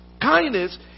Kindness